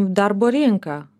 darbo rinką